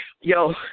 Yo